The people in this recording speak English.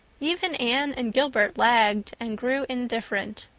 even anne and gilbert lagged and grew indifferent.